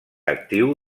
actiu